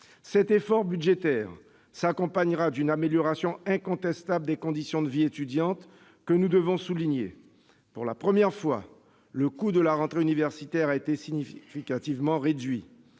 L'effort budgétaire s'accompagnera d'une amélioration incontestable des conditions de vie étudiante que nous devons souligner. Pour la première fois, le coût de la rentrée universitaire a été significativement réduit